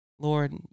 Lord